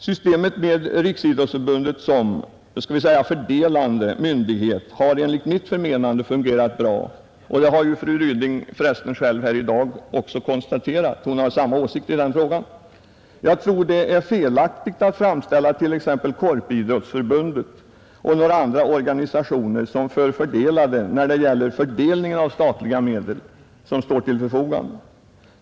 Systemet med Riksidrottsförbundet som så att säga fördelande myndighet har enligt mitt förmenande fungerat bra. Det har för övrigt fru Ryding själv konstaterat i dag; hon har alltså samma åsikt som jag i den frågan. Jag tror att det är felaktigt att framställa t.ex. Korporationsidrottsförbundet och några andra organisationer som förfördelade när det gäller fördelningen av de statliga medel som står till förfogande.